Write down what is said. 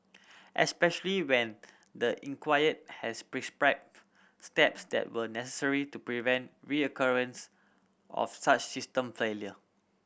especially when the inquiry has steps that were necessary to prevent of such system failure